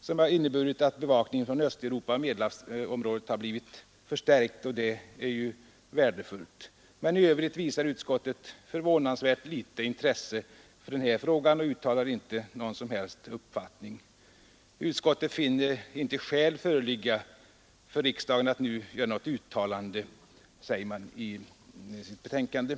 som innebär att bevakningen från Östeuropa och Medelhavsområdet har förstärkts. Det är värdefullt. Men i övrigt visar utskottet förvånansvärt litet intresse för denna fråga och uttalar inte någon som helst uppfattning. ”Utskottet finner inte skäl föreligga för riksdagen att nu göra något uttalande”, säger utskottet i sitt betänkande.